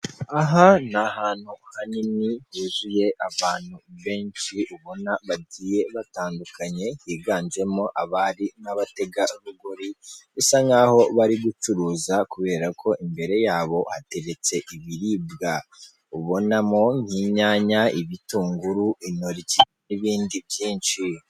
Aha ni ahantu hanini huzuye abantu benshi ubona bagiye batandukanye biganjemo abari n'abategarugori, bisa nk'aho bari gucuruza kubera ko imbere yabo hateretse ibiribwa, ubonamo nk'inyanya, ibitunguru, intoki n'ibindi byinshi.